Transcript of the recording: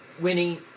Winnie